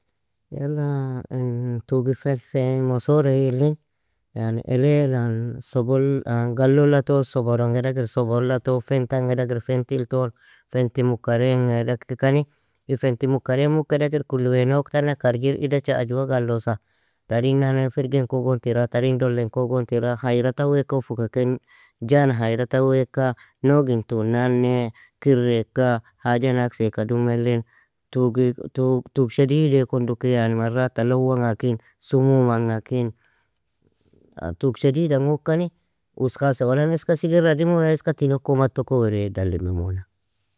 يلا in tuge ferfe mosorei lin, yani elalan sobolan galula ton soborang eda kir, sobola ton fentang eda kir, fentil ton fentin mukare eng eda kikani, in fenti mukare mukeda kir, kulu wea noug tana karrjir idacha ajwag alosa, tarinnane firgen ko gon tira, tarin dolin ko gon tira, haira tan weakon fuka ken jana haira tan weaka, nougin tunanne kireaka, haje nagseak dumelin, tugig tug tug shadideakon dukki, yan marata lowanga kin, sumumanga kin, tug shadid angokani uos khalsa, walan eska sigir adimu, wala eska tino ko matto ko werwea dan limimuna.